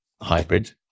hybrid